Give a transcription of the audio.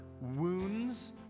wounds